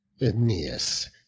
Aeneas